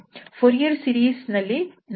Fourier series ನಲ್ಲಿ ನಾವು ಇದನ್ನೇ ಮಾಡುತ್ತೇವೆ